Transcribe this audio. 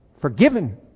forgiven